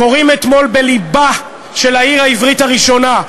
קוראים אתמול בלבה של העיר העברית הראשונה,